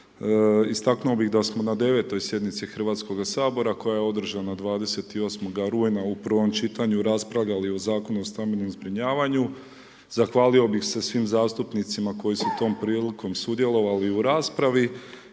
Istaknuo bih da smo na 9-toj sjednici HS-a koja je održana 28. rujna u prvom čitanju raspravljali o Zakonu o stambenom zbrinjavali. Zahvalio bih se svim zastupnicima koji su tom prilikom sudjelovali u raspravi.